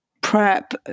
prep